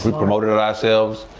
promoted it ourselves.